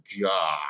God